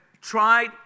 tried